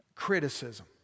criticism